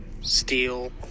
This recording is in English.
Steel